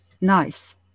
nice